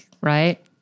right